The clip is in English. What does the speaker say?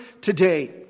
today